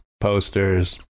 posters